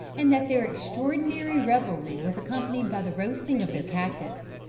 and that their extraordinary revelry was accompanied by the roasting of their captives.